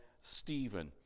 Stephen